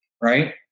right